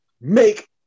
make